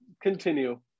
continue